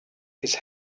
his